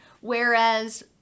whereas